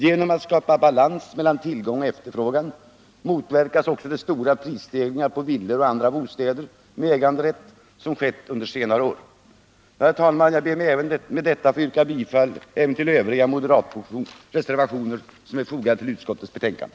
Genom att skapa balans mellan tillgång och efterfrågan motverkas också de stora prisstegringarna på villor och andra bostäder med äganderätt som skett under senare år. Herr talman! Jag ber att med detta få yrka bifall även till övriga moderatreservationer som är fogade till utskottets betänkande.